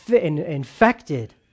infected